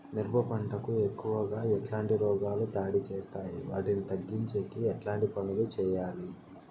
మిరప పంట కు ఎక్కువగా ఎట్లాంటి రోగాలు దాడి చేస్తాయి వాటిని తగ్గించేకి ఎట్లాంటి పనులు చెయ్యాలి?